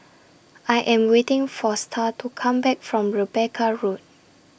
I Am waiting For Starr to Come Back from Rebecca Road